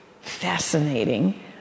fascinating